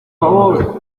favor